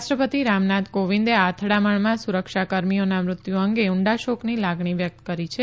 રાષ્ટ્રપતિ રામનાથ કોવિંદે આ અથડામણમાં સુરક્ષા કર્મીઓના મૃત્યુ અંગે ઉંડા શોકની લાગણી વ્યકત કરી છે